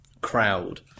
crowd